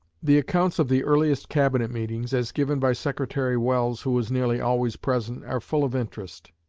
the accounts of the earliest cabinet meetings, as given by secretary welles, who was nearly always present, are full of interest.